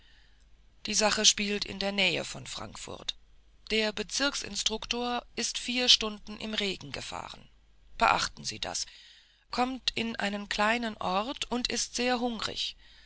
die sache spielt in der nähe von frankfurt der bezirksinstruktor ist vier stunden im regen gefahren beachten sie das kommt in einen kleinen ort und ist sehr hungrig